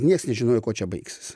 nieks nežinojo kuo čia baigsis